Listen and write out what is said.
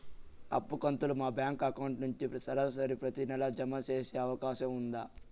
అప్పు కంతులు మా బ్యాంకు అకౌంట్ నుంచి సరాసరి ప్రతి నెల జామ సేసే అవకాశం ఉందా?